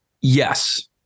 Yes